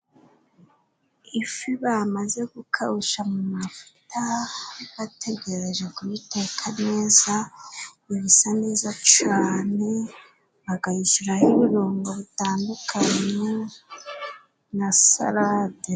Ifi bamaze gukawusha mu mavuta bategereje kuyiteka neza. Iba isa neza cane, bakayishyiraho ibirungo bitandukanye na Salade.